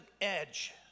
edge